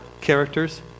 characters